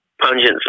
pungent